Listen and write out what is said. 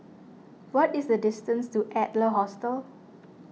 what is the distance to Adler Hostel